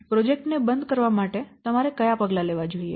project ને બંધ કરવા માટે તમારે કયા પગલાં લેવા જોઈએ